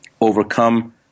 overcome